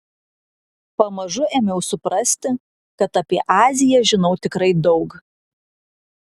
pamažu ėmiau suprasti kad apie aziją žinau tikrai daug